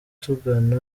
tuvugana